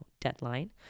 deadline